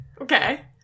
okay